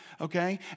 okay